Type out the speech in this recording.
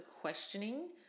questioning